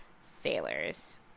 sailors